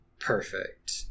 Perfect